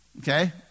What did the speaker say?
Okay